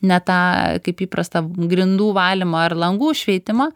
ne tą kaip įprasta grindų valymą ar langų šveitimą